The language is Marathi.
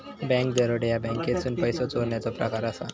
बँक दरोडा ह्या बँकेतसून पैसो चोरण्याचो प्रकार असा